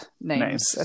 names